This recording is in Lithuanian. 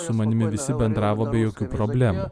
su manimi visi bendravo be jokių problemų